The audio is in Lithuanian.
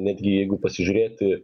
netgi jeigu pasižiūrėti